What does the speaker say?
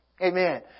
Amen